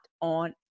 on